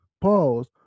Pause